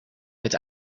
het